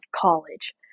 college